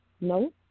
No